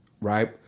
right